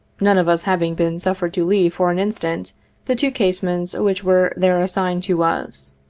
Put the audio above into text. none of us having been suffered to leave for an instant the two casemates which were there assigned to us.